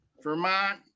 Vermont